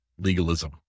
legalism